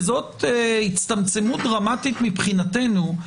וזאת הצטמצמות דרמטית מבחינתנו,